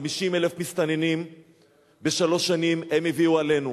50,000 מסתננים בשלוש שנים הם הביאו עלינו.